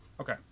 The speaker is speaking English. okay